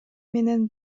менен